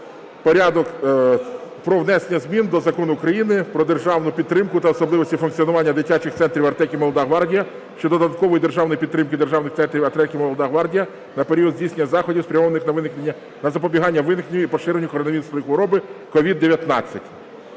3781 про внесення змін до Закону України "Про державну підтримку та особливості функціонування дитячих центрів "Артек" і "Молода гвардія" щодо додаткової державної підтримки дитячих центрів "Артек" і "Молода гвардія" на період здійснення заходів, спрямованих на запобігання виникненню і поширенню коронавірусної хвороби (COVID-19).